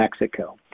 Mexico